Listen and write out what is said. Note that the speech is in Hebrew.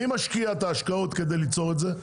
מי משקיע את ההשקעות כדי ליצור את זה?